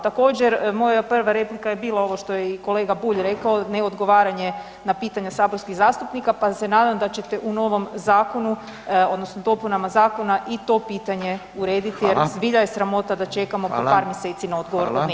Također, moja prva replika je bila ovo što je i kolega Bulj rekao, neodgovaranje na pitanja saborskih zastupnika pa se nadam da ćete u novom zakonu, odnosno dopunama zakona i to pitanje urediti jer [[Upadica: Hvala.]] zbilja je sramota da čekamo [[Upadica: Hvala.]] po par mjeseci na odgovor kod nekih [[Upadica: Hvala.]] Hvala.